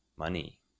Money